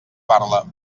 parla